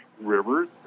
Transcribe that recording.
rivers